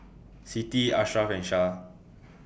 Siti Ashraff and Syah